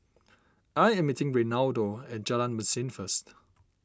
I am meeting Reinaldo at Jalan Mesin first